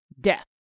Death